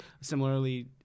similarly